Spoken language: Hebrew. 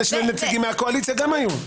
נציגים מהקואליציה גם היו.